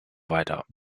weiter